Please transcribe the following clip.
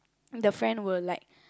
the friend will like